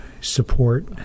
support